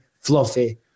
Fluffy